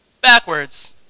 Backwards